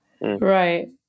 Right